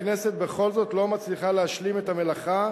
הכנסת בכל זאת לא מצליחה להשלים את המלאכה,